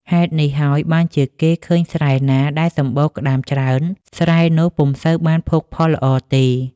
ហេតុនេះហើយ បានជាគេឃើញស្រែណាដែលសម្បូរក្ដាមច្រើន ស្រែនោះពុំសូវបានភោគផលល្អទេ ។